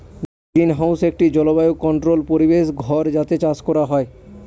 greenhouse একটি জলবায়ু controlled পরিবেশ ঘর যাতে চাষ করা হয়